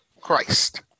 Christ